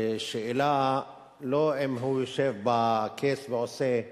השאלה היא לא אם הוא יושב בכס ועושה "וי",